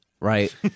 Right